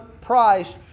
price